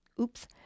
oops